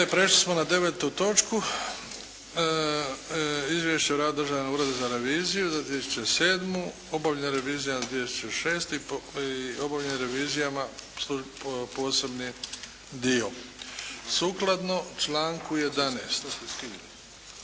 prešli smo na 9. točku Izvješće o radu Državnog ureda za reviziju za 2007., obavljenim revizijama za 2006. i obavljenim revizijama posebni dio. Službenu tajnu smo